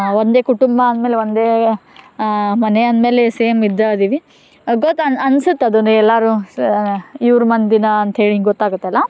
ಒಂದೇ ಕುಟುಂಬ ಅಂದ್ಮೇಲೆ ಒಂದೇ ಮನೆ ಅಂದ್ಮೇಲೆ ಸೇಮ್ ಇದ್ದು ಅದೀವಿ ಆಗೋತನ ಅನ್ಸುತ್ತೆ ಅದೂ ಎಲ್ಲರೂ ಸಹ ಇವ್ರ ಮಂದಿನೇ ಅಂಥೇಳಿ ಹಿಂಗೆ ಗೊತ್ತಾಗುತ್ತಲ್ಲ